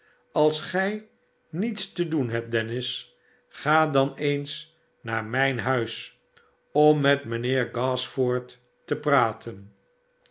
sals gij niets te doenhebt dennis ga dan eens naar mijn huis om met mijnheer gashford te praten